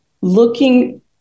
looking